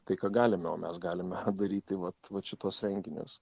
tai ką galime o mes galime daryti vat vat šituos renginius